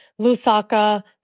Lusaka